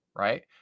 right